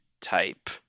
type